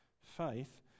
faith